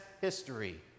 history